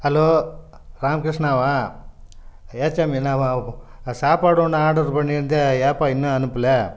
hello ராமகிருஷ்ணாவா அய்யாச்சாமி நான் சாப்பாடு ஒன்று ஆடர் பண்ணியிருந்தேன் ஏன்பா இன்னும் அனுப்பலை